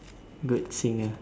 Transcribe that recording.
good singer